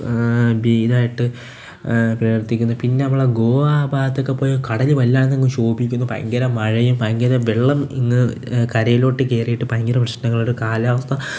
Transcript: ഇതായിട്ട് പ്രവർത്തിക്കുന്നു പിന്നെ നമ്മളെ ഗോവ ആ ഭാഗത്തൊക്കെ പോയാൽ കടൽ വല്ലാതങ്ങ് ക്ഷോഭിക്കുന്നു ഭയങ്കര മഴയും ഭയങ്കര വെള്ളം ഇങ്ങ് കരയിലോട്ട് കേറിയിട്ട് ഭയങ്കര പ്രശ്നങ്ങളാണ് കാലാവസ്ഥ